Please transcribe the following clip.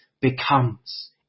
becomes